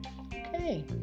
Okay